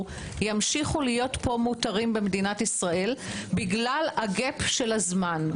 ימשיכו להיות פה מותרים במדינת ישראל בגלל הפער של הזמן.